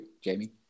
Jamie